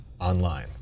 online